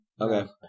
Okay